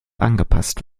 angepasst